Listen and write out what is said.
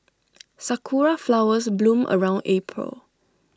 Sakura Flowers bloom around April